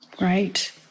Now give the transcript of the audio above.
right